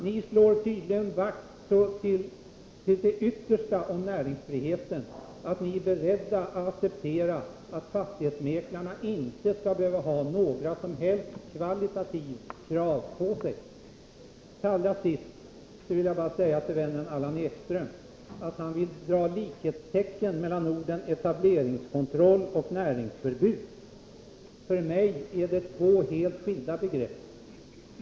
Ni slår tydligen så till det yttersta vakt om näringsfriheten att ni är beredda att acceptera att fastighetsmäklare inte behöver uppfylla några som helst kvalitativa krav. Till allra sist vill jag säga några ord till vännen Allan Ekström. Allan Ekström vill sätta likhetstecken mellan orden etableringskontroll och näringsförbud. För mig är det två helt skilda begrepp.